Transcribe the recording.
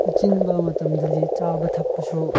ꯑꯆꯤꯟꯕ ꯃꯇꯝꯗꯗꯤ ꯆꯥꯕ ꯊꯛꯄꯁꯨ